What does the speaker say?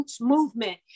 movement